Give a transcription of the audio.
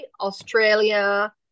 Australia